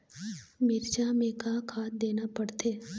मिरचा मे का खाद देना पड़थे?